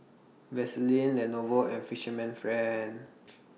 Vaseline Lenovo and Fisherman's Friend